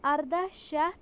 اَرداہ شَتھ